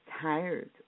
tired